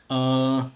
err